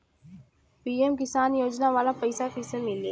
PM Kisan योजना वाला पैसा कईसे मिली?